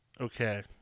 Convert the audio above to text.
okay